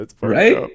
Right